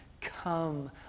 come